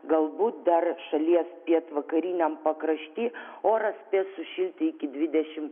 galbūt dar šalies pietvakariniam pakrašty oras spės sušilti iki dvidešim